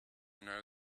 know